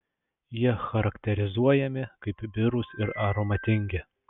jie charakterizuojami kaip birūs ir aromatingi